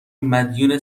مدیون